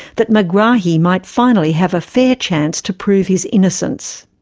that megrahi might finally have a fair chance to prove his innocence.